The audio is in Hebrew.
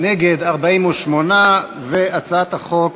נגד, 48. הצעת החוק